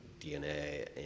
DNA